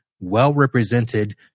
Well-represented